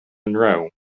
monroe